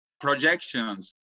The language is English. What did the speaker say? projections